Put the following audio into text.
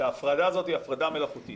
שההפרדה הזאת היא הפרדה מלאכותית,